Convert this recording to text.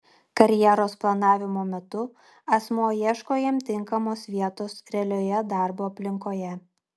karjeros planavimo metu asmuo ieško jam tinkamos vietos realioje darbo aplinkoje